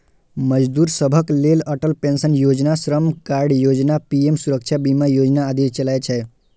मजदूर सभक लेल अटल पेंशन योजना, श्रम कार्ड योजना, पीएम सुरक्षा बीमा योजना आदि चलै छै